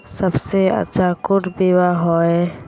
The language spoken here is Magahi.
सबसे अच्छा कुन बिमा होय?